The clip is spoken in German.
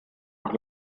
noch